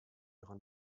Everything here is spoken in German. ihrer